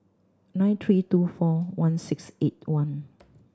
nine three two four one six eight one